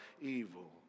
evil